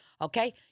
okay